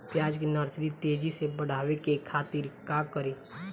प्याज के नर्सरी तेजी से बढ़ावे के खातिर का करी?